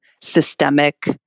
systemic